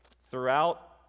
Throughout